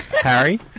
Harry